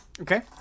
Okay